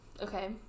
okay